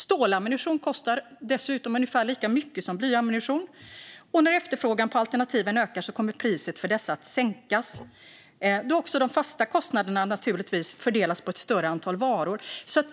Stålammunition kostar dessutom ungefär lika mycket som blyammunition, och när efterfrågan på alternativen ökar kommer priset på dessa att sänkas, då också de fasta kostnaderna fördelas på ett större antal varor.